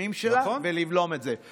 מהתשלומים שלה ולבלום את זה.